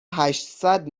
هشتصد